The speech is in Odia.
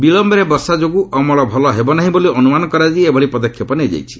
ବିଳୟରେ ବର୍ଷା ଯୋଗୁଁ ଅମଳ ଭଲ ହେବ ନାହିଁ ବୋଲି ଅନୁମାନ କରାଯାଇ ଏଭଳି ପଦକ୍ଷେପ ନିଆଯାଇଛି